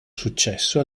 successo